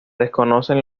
desconocen